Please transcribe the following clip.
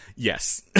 Yes